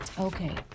okay